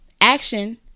action